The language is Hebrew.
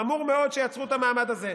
חמור מאוד שיצרו את המעמד הזה.